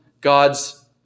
God's